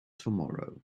tomorrow